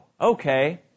okay